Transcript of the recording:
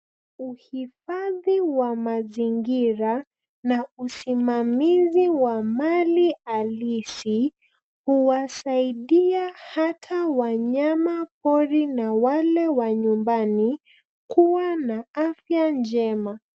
Uhifadhi wa mazingira na usimamizi wa mali halisi huwasaidia hata wanyama pori na wale wa nyumbani kuwa na afya njema.